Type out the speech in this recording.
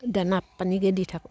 দেনা পানীকে দি থাকোঁ